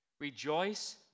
Rejoice